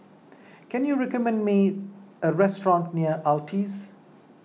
can you recommend me a restaurant near Altez